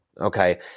okay